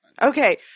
Okay